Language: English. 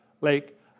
lake